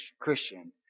Christian